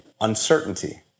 uncertainty